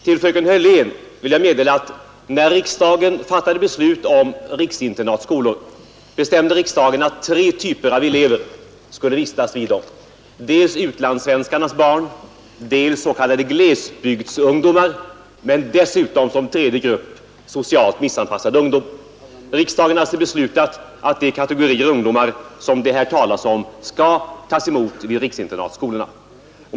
Till fröken Hörlén vill jag säga att när riksdagen fattade beslut om riksinternatskolor, bestämde riksdagen att tre typer av elever skulle vistas i dem — dels utlandssvenskarnas barn, dels s.k. glesbygdsungdomar, dels också socialt missanpassad ungdom. Riksdagen har alltså beslutat att de kategorier ungdomar som det här talas om skall tas emot vid riksinternatskolorna.